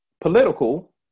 political